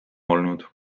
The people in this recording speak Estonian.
olnud